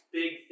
big